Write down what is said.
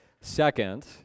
Second